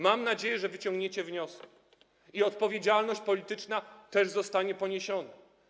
Mam nadzieję, że wyciągniecie wnioski i odpowiedzialność polityczna też zostanie poniesiona.